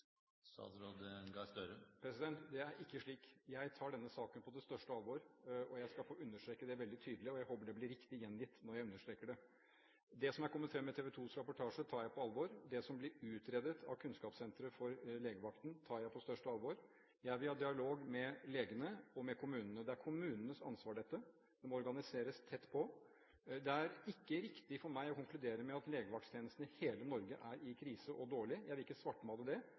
Det er ikke slik. Jeg tar denne saken på det største alvor. Jeg skal få understreke det veldig tydelig, og jeg håper det blir riktig gjengitt når jeg understreker det. Det som er kommet fram i TV2s reportasje, tar jeg på alvor. Det som blir utredet av Kunnskapssenteret om legevakten, tar jeg på største alvor. Jeg er i dialog med legene og kommunene. Dette er kommunenes ansvar. Det må organiseres tett på. Det er ikke riktig av meg å konkludere med at legevaktstjenesten i hele Norge er i krise og dårlig – jeg vil ikke svartmale det. Men det